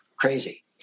crazy